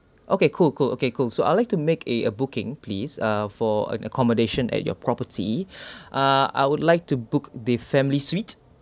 okay cool cool okay cool so I like to make a booking please uh for an accommodation at your property ah I would like to book the family suite